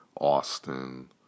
Austin